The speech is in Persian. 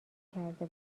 کرده